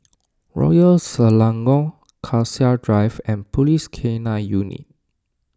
Royal Selangor Cassia Drive and Police K nine Unit